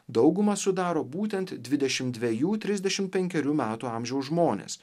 daugumą sudaro būtent dvidešimt dvejų trisdešimt penkerių metų amžiaus žmonės